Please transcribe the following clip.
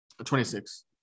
26